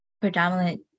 predominant